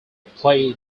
play